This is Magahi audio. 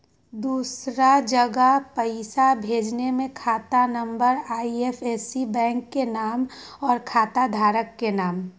दूसरा जगह पईसा भेजे में खाता नं, आई.एफ.एस.सी, बैंक के नाम, और खाता धारक के नाम?